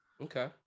Okay